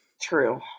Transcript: true